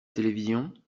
télévision